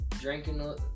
drinking